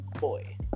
boy